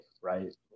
right